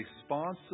response